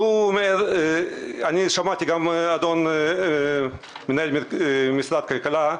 שמעתי גם את מנכ"ל משרד הכלכלה,